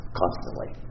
constantly